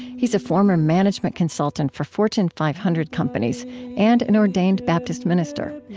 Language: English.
he's a former management consultant for fortune five hundred companies and an ordained baptist minister.